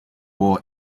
war